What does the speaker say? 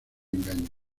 engaño